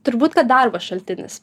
turbūt kad darbo šaltinis